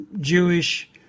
Jewish